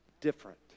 different